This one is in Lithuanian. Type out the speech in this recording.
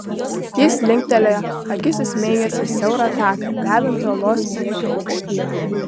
jis linktelėjo akis įsmeigęs į siaurą taką vedantį uolos priekiu aukštyn